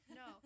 no